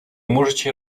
можете